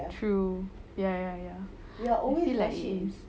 true ya ya ya okay lah it is